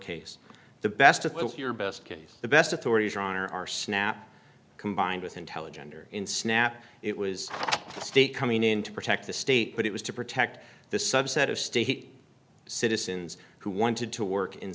case the best with your best case the best authorities are on our snap combined with intelligent or in snap it was the state coming in to protect the state but it was to protect the subset of state citizens who wanted to work in